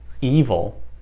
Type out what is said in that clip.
evil